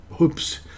Oops